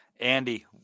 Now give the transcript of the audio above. Andy